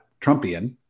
Trumpian